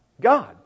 God